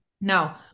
Now